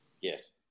Yes